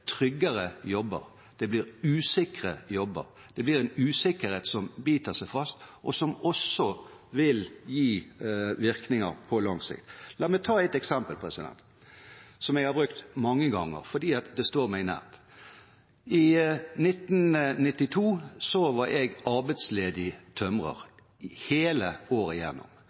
blir usikre jobber. Det blir en usikkerhet som biter seg fast, og som også vil gi virkninger på lang sikt. La meg ta ett eksempel, som jeg har brukt mange ganger fordi det står meg nært. I 1992 var jeg arbeidsledig tømrer hele året igjennom.